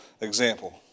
example